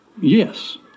Yes